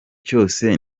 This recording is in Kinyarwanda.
cyose